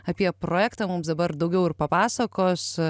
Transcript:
apie projektą mums dabar daugiau ir papasakos